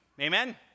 Amen